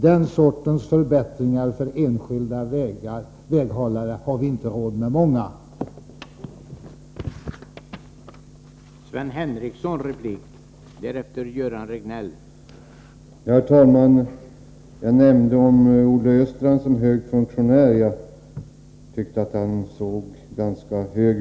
Den sortens förbättringar för enskilda väghållare har vi inte råd med många av.